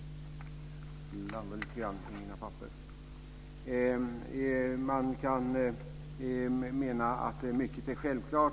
Man kan mena att mycket är självklart.